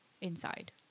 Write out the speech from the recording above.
inside